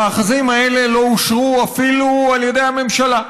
המאחזים האלה לא אושרו אפילו על ידי הממשלה.